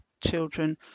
children